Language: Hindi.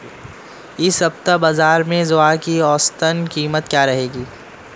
इस सप्ताह बाज़ार में ज्वार की औसतन कीमत क्या रहेगी?